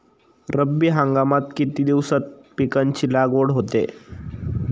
रब्बी हंगामात किती दिवसांत पिकांची लागवड होते?